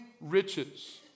riches